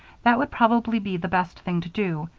that would probably be the best thing to do.